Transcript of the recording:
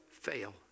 fail